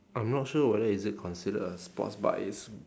I'm not sure whether is it considered a sports but it's